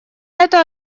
это